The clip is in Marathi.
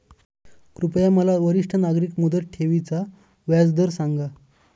कृपया मला वरिष्ठ नागरिक मुदत ठेवी चा व्याजदर सांगा